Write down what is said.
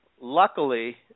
Luckily